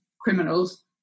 criminals